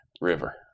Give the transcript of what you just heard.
River